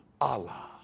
allah